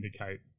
indicate